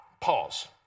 pause